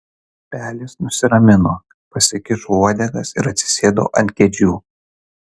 pelės nusiramino pasikišo uodegas ir atsisėdo ant kėdžių